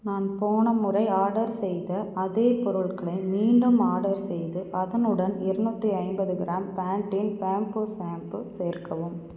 நான் போன முறை ஆடர் செய்த அதே பொருட்களை மீண்டும் ஆடர் செய்து அதனுடன் இறநூத்தி ஐம்பது க்ராம் பேன்டீன் பேம்பூ ஷாம்பு சேர்க்கவும்